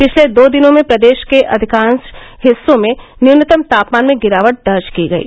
पिछले दो दिनों में प्रदेश के अधिकांश हिस्सों में न्यूनतम तापमान में गिरावट दर्ज की गयी